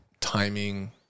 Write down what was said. timing